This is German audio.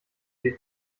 dir